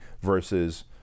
versus